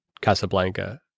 casablanca